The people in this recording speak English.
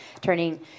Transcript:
turning